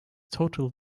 total